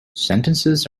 sentences